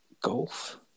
golf